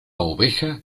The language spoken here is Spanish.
oveja